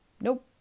Nope